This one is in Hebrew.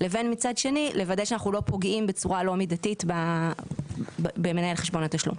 ומצד שני לוודא שאנחנו לא פוגעים בצורה לא מידתית במנהל חשבון התשלום.